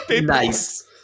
Nice